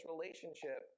relationship